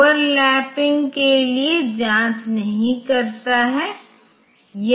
अब हम उस 5 के इस 01 के साथ गुणन करेंगे और फिर इसे आगे शिफ्ट किया जाएगा